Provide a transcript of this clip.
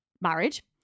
marriage